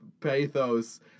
pathos